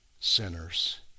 sinners